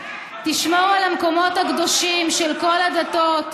תשמור על המקומות הקדושים של כל הדתות,